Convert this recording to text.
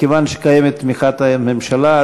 מכיוון שקיימת תמיכת ממשלה,